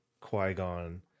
Qui-Gon